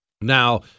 Now